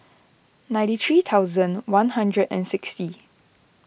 ninety three thousand one hundred and sixty